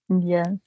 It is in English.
Yes